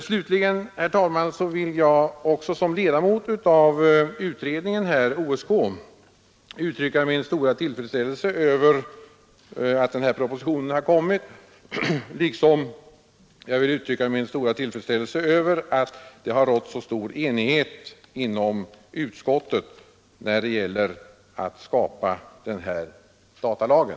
Slutligen, herr talman, vill jag också som ledamot av OSK uttrycka min stora tillfredsställelse över att denna proposition kommit, liksom över att det har rått så stor enighet inom utskottet när det gäller att skapa den här datalagen.